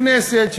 כנסת,